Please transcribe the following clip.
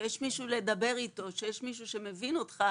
שיש מישהו לדבר איתו, שיש מישהו שמבין אותי,